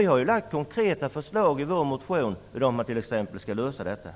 Vi har lagt fram konkreta förslag i vår motion om hur man t.ex. skall lösa detta.